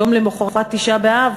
יום למחרת תשעה באב,